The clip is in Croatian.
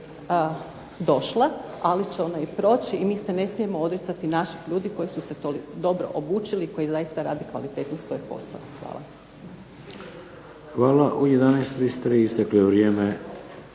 došla, ali će ona i proći, i mi se ne smijemo odricati naših ljudi koji su se dobro obučili i koji zaista rade kvalitetno svoj posao. Hvala. **Šeks, Vladimir